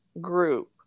group